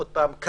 הללו.